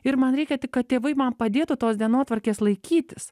ir man reikia tik kad tėvai man padėtų tos dienotvarkės laikytis